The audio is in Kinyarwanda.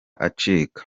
acika